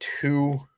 two